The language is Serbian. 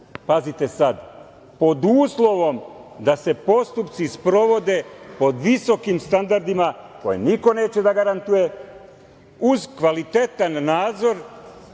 pazite sad, pod uslovom da se postupci sprovode pod visokim standardima koje niko neće da garantuje, uz kvalitetan nadzor,